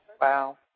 Wow